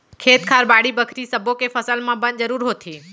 खेत खार, बाड़ी बखरी सब्बो के फसल म बन जरूर होथे